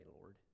Lord